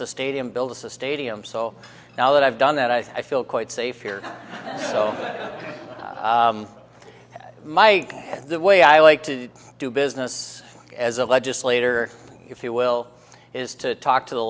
stadium build a stadium so now that i've done that i feel quite safe here so my the way i like to do business as a legislator if you will is to talk to the